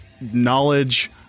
knowledge